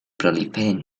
proliferen